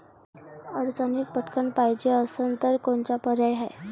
अडचणीत पटकण पायजे असन तर कोनचा पर्याय हाय?